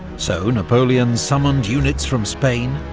so napoleon summoned units from spain,